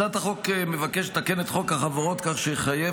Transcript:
הצעת החוק מבקשת לתקן את חוק החברות כך שיחייב